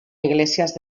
iglesias